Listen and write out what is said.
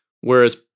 whereas